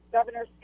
Governor